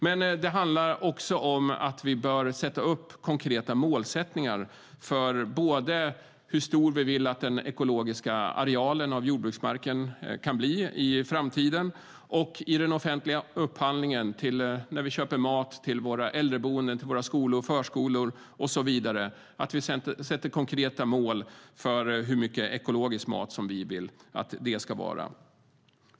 Men det handlar också om att vi bör sätta upp konkreta målsättningar för hur stor vi vill att den ekologiska arealen av jordbruksmarken ska bli i framtiden och att vi i den offentliga upphandlingen, när vi köper mat till våra äldreboenden, skolor, förskolor och så vidare, sätter upp konkreta mål för hur mycket ekologisk mat som vi vill att det ska vara.